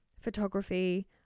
photography